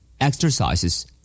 Exercises